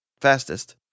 fastest